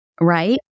right